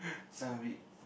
this one a bit